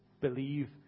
believe